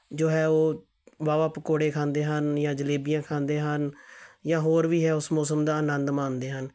ਜੋ ਹੈ ਉਹ ਵਾਹਵਾ ਪਕੌੜੇ ਖਾਂਦੇ ਹਨ ਜਾਂ ਜਲੇਬੀਆਂ ਖਾਂਦੇ ਹਨ ਜਾਂ ਹੋਰ ਵੀ ਹੈ ਉਸ ਮੌਸਮ ਦਾ ਆਨੰਦ ਮਾਣਦੇ ਹਨ